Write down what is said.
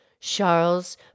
Charles